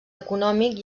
econòmic